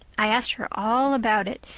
i asked her all about it.